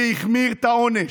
שהחמיר את העונש.